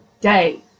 day